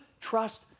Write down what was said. trust